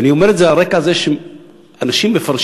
אני אומר את זה על רקע זה שאנשים מפרשים